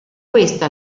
questa